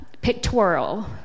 pictorial